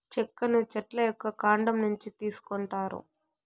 చెక్కను చెట్ల యొక్క కాండం నుంచి తీసుకొంటారు